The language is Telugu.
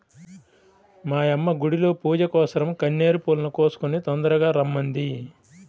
మా యమ్మ గుడిలో పూజకోసరం గన్నేరు పూలను కోసుకొని తొందరగా రమ్మంది